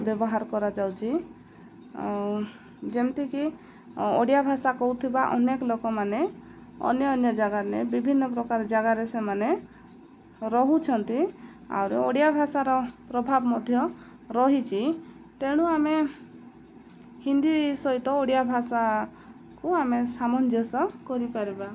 ବ୍ୟବହାର କରାଯାଉଛି ଆଉ ଯେମିତିକି ଓଡ଼ିଆ ଭାଷା କହୁଥିବା ଅନେକ ଲୋକମାନେ ଅନ୍ୟ ଅନ୍ୟ ଜାଗାରେ ବିଭିନ୍ନ ପ୍ରକାର ଜାଗାରେ ସେମାନେ ରହୁଛନ୍ତି ଆହୁରି ଓଡ଼ିଆ ଭାଷାର ପ୍ରଭାବ ମଧ୍ୟ ରହିଛି ତେଣୁ ଆମେ ହିନ୍ଦୀ ସହିତ ଓଡ଼ିଆ ଭାଷାକୁ ଆମେ ସାମଞ୍ଜସ୍ୟ କରିପାରିବା